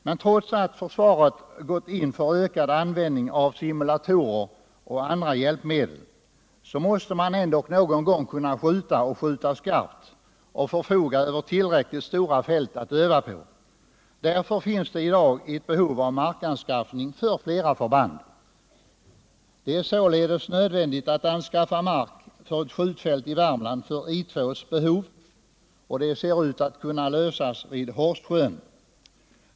Men trots att försvaret gått in för ökad användning av simulatorer och andra hjälpmedel, så måste man ändå någon gång kunna skjuta och skjuta skarpt och förfoga över tillräckligt stora fält att öva på. Därför finns det i dag ett behov av markanskaffning för flera förband. Det är således nödvändigt att anskaffa mark för ett skjutfält i Värmland för I 2:s behov, och det problemet ser ut att kunna lösas vid Horssjön.